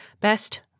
Best